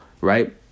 right